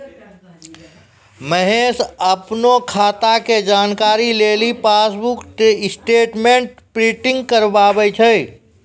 महेश अपनो खाता के जानकारी लेली पासबुक स्टेटमेंट प्रिंटिंग कराबै छै